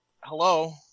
hello